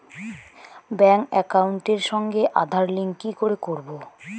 Bank একাউন্টের সঙ্গে Aadhaar link কি করে করবো?